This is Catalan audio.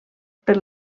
per